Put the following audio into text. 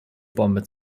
bombe